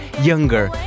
younger